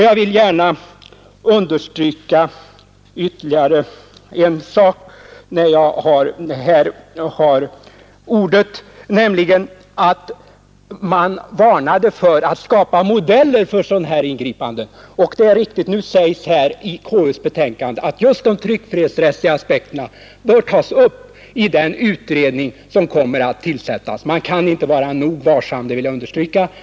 Jag vill gärna ytterligare understryka en sak, när jag har ordet, nämligen att man varnade för att skapa modeller för sådana ingripanden. Det är riktigt. Nu sägs i konstitutionsutskottets betänkande att just de tryckfrihetsrättsliga aspekterna bör tas upp i den utredning som kommer att tillsättas. Man kan inte vara nog vaksam, det vill jag understryka.